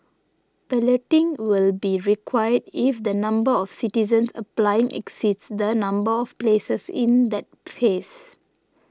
balloting will be required if the number of citizens applying exceeds the number of places in that phase